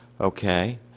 Okay